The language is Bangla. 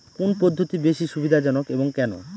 কোন পদ্ধতি বেশি সুবিধাজনক এবং কেন?